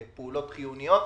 פעולות חיוניות.